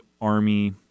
army